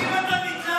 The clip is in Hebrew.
חברי הכנסת,